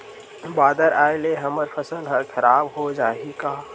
बादर आय ले हमर फसल ह खराब हो जाहि का?